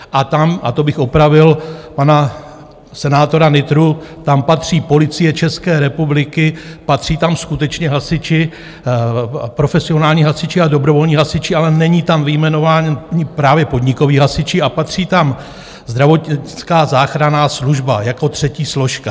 A tam, a to bych opravil pana senátora Nytru, tam patří Policie České republiky, patří tam skutečně hasiči, profesionální hasiči a dobrovolní hasiči, ale nejsou tam vyjmenováni právě podnikoví hasiči, a patří tam zdravotnická záchranná služba jako třetí složka.